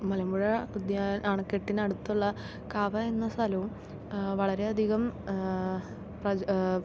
മലമ്പുഴ ഉദ്യാ അണക്കെട്ടിന് അടുത്തുള്ള കവ എന്ന സ്ഥലവും വളരെ അധികം പ്രജ